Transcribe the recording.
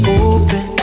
open